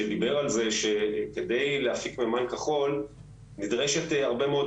שדיבר על זה שכדי להפיק מימן כחול נדרשת הרבה מאוד